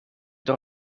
door